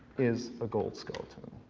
is a gold skeleton. ooh!